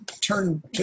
turn